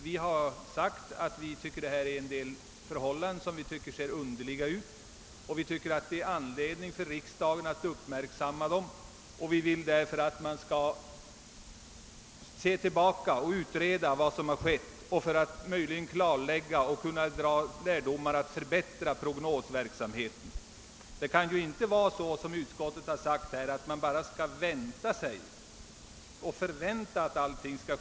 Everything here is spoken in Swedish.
Vi har sagt att vi tycker att en del i detta sammanhang ser underligt ut och att vi anser att det finns anledning för riksdagen att uppmärksamma detta. Vi vill därför att man skall se tillbaka och utreda vad som skett för att möjligen kunna dra lärdom och förbättra prognoserna. Man kan ju inte som utskottet framhållit bara förvänta att allting skall ordna sig.